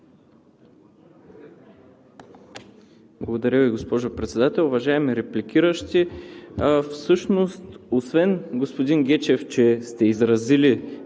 Благодаря Ви, госпожо Председател. Уважаеми репликиращи! Всъщност, господин Гечев, освен че сте изразили